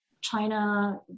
China